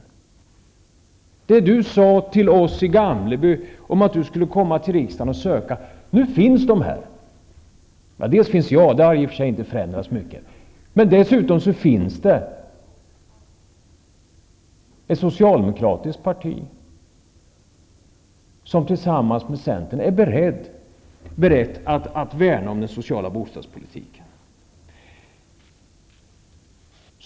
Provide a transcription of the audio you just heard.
Agne Hansson sade till oss i Gamleby att han skulle komma till riksdagen och söka krafter. Nu finns dessa krafter här. Dels finns jag här, dels finns det ett socialdemokratiskt parti som tillsammans med centern är berett att värna om den sociala bostadspolitiken.